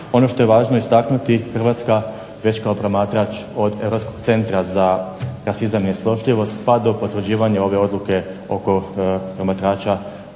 Ono što je važno istaknuti Hrvatska već kao promatrač od Europskog centra za rasizam i …/Govornik se ne razumije./… pa do potvrđivanja ove odluke oko promatrača